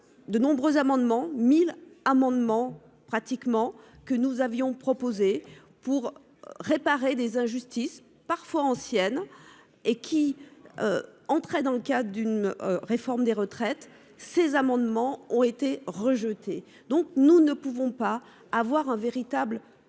de nombreux amendements 1000 amendements pratiquement que nous avions proposé pour réparer des injustices parfois anciennes et qui. Entraient dans le cadre d'une réforme des retraites, ces amendements ont été rejetés, donc nous ne pouvons pas avoir un véritable débat